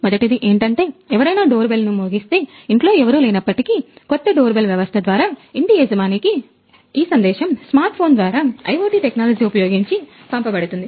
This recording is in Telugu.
మొదటిది ఏమిటంటే ఎవరైనా డోర్ బెల్ ను మోగిస్తే ఇంట్లో ఎవరూ లేనప్పటికీ కొత్త డోర్ బెల్ వ్యవస్థ ద్వారా ఇంటి యజమానికి ఈ సందేశము స్మార్ట్ ఫోన్ ద్వారా IoT టెక్నాలజీ ఉపయోగించి పంపబడుతుంది